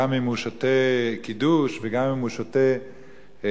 גם אם הוא שותה בקידוש וגם אם הוא שותה בשמחה,